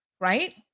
right